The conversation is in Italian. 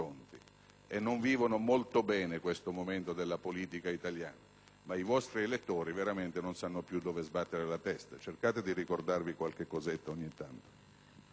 e non vivono molto bene questo momento della politica italiana. Ma i vostri elettori veramente non sanno più dove sbattere la testa. Cercate di ricordarvi qualcosa ogni tanto.